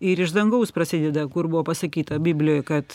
ir iš dangaus prasideda kur buvo pasakyta biblijoj kad